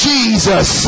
Jesus